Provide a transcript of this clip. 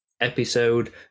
episode